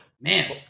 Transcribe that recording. Man